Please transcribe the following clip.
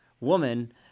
woman